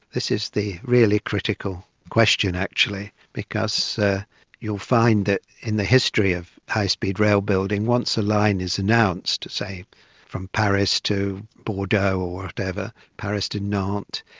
this is the really critical question actually because you'll find that in the history of high speed rail building, once a line is announced, say from paris to bordeaux or whatever, paris to nantes,